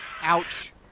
Ouch